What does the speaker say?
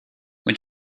when